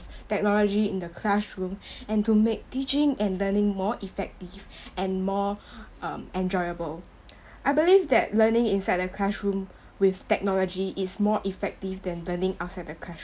technology in the classroom and to make teaching and learning more effective and more um enjoyable I believe that learning inside the classroom with technology is more effective than learning outside the class~